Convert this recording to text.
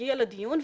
תגיע לדיון,